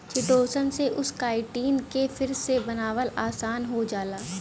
chitosan से उस chitin के फिर से बनावल आसान हो जाला